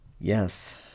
Yes